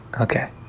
Okay